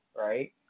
Right